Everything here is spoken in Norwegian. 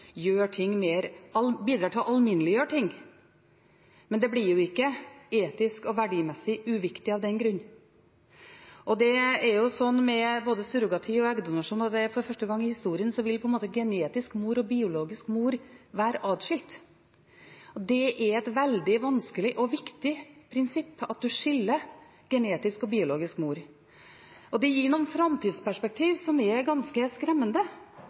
til å alminneliggjøre ting, men det blir jo ikke etisk og verdimessig uviktig av den grunn. Det er slik både med surrogati og eggdonasjon at for første gang i historien vil genetisk mor og biologisk mor være atskilt. Det er et veldig vanskelig og viktig prinsipp å skille genetisk og biologisk mor. Det gir noen framtidsperspektiv som er ganske